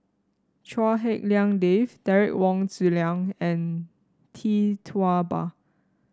Chua Hak Lien Dave Derek Wong Zi Liang and Tee Tua Ba